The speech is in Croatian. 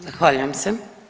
Zahvaljujem se.